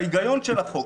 ההיגיון של החוק,